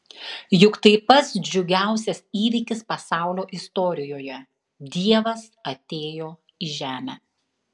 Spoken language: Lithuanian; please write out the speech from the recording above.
juk tai pats džiugiausias įvykis pasaulio istorijoje dievas atėjo į žemę